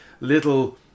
little